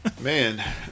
Man